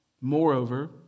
Moreover